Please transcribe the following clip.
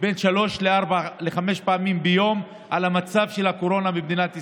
בין שלוש לחמש פעמים ביום על המצב של הקורונה במדינת ישראל,